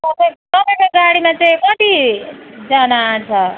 तपाईँ तपाईँको गाडीमा चाहिँ कतिजना अट्छ